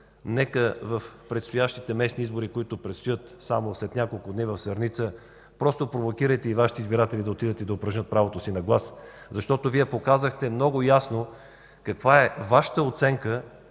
да Ви призова: на местните избори, които предстоят само след няколко дни в Сърница, просто провокирайте и Вашите избиратели да отидат и да упражнят правото си на глас, защото показахте много ясно каква е Вашата оценка